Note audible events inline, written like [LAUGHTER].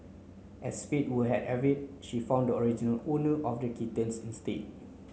as fate would had have it she found the original owner of the kittens instead [NOISE]